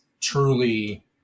truly